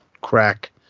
crack